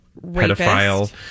pedophile